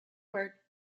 word